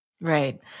Right